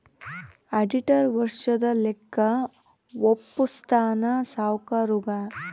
auditor ವರ್ಷದ ಲೆಕ್ಕ ವಪ್ಪುಸ್ತಾನ ಸಾವ್ಕರುಗಾ